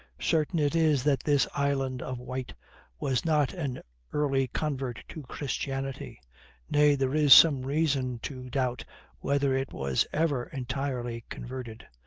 certain it is that this island of wight was not an early convert to christianity nay, there is some reason to doubt whether it was ever entirely converted.